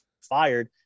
fired